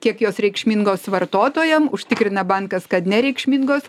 kiek jos reikšmingos vartotojam užtikrina bankas kad nereikšmingos